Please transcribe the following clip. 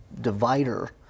divider